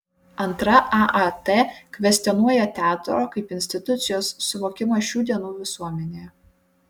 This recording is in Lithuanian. antra aat kvestionuoja teatro kaip institucijos suvokimą šių dienų visuomenėje